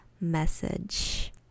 message